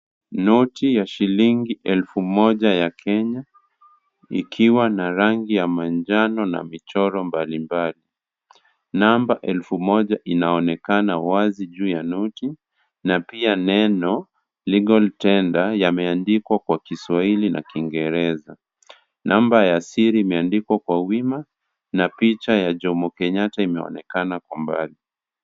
Noti ya shilingi elfu moja ya Kenya ikiwa na rangi ya manjano na michoro mbalimbali. Number elfu moja inaonekana wazi juu ya noti na pia neno legal tender yameandikwa kwa Kiswahili na Kiingereza. Number ya siri imeandikwa kwa wima na picha ya Jomo Kenyatta imeonekana kwa mbali.